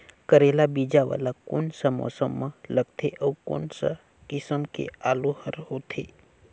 करेला बीजा वाला कोन सा मौसम म लगथे अउ कोन सा किसम के आलू हर होथे?